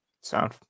Sound